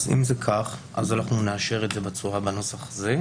אז אם זה כך אז אנחנו נאשר את זה בנוסח הזה,